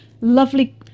lovely